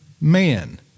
man